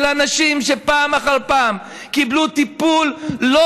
של אנשים שפעם אחר פעם קיבלו טיפול לא